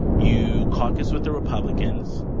you caucus with the republicans.